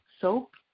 soap